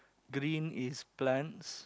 green is plants